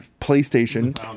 PlayStation